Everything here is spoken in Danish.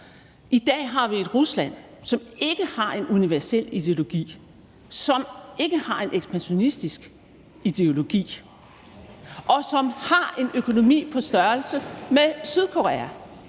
I dag har vi et Rusland, som ikke har en universel ideologi, som ikke har en ekspansionistisk ideologi, og som har en økonomi på størrelse med Sydkorea.